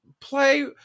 play